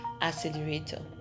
accelerator